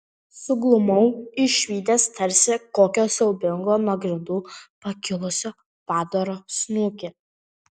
suglumau išvydęs tarsi kokio siaubingo nuo grindų pakilusio padaro snukį